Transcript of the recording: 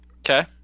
Okay